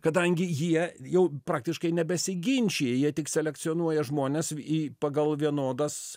kadangi jie jau praktiškai nebesiginčija jie tik selekcionuoja žmones į pagal vienodas